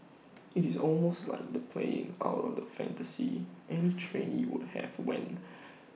IT is almost like the playing out of A fantasy any trainee would have when